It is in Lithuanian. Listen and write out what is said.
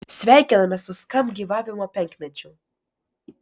sveikiname su skamp gyvavimo penkmečiu